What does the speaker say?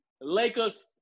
Lakers